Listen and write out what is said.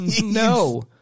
No